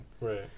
Right